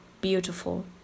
beautiful